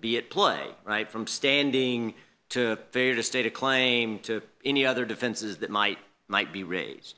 be at play right from standing to fair to state a claim to any other defenses that might might be raised